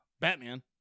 Batman